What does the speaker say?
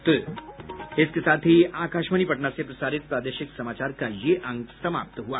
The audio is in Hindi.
इसके साथ ही आकाशवाणी पटना से प्रसारित प्रादेशिक समाचार का ये अंक समाप्त हुआ